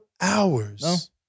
hours